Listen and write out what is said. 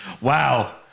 Wow